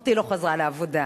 אחותי לא חזרה לעבודה,